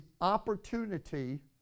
opportunity